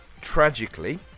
tragically